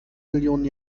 millionen